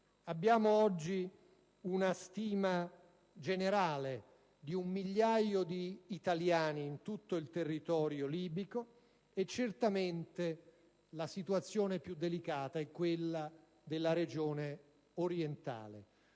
Abbiamo oggi una stima generale di un migliaio di italiani in tutto il territorio libico. Certamente la situazione più delicata è quella della regione orientale,